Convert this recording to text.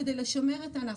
לשמר את הענף.